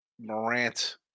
Morant